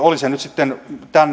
oli se nyt sitten